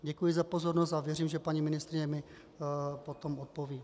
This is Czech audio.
Děkuji za pozornost a věřím, že paní ministryně mi potom odpoví.